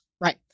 right